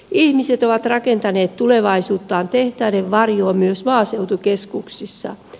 ihmiset ovat rakentaneet tulevaisuuttaan tehtaiden varjoon myös maaseutukeskuksissa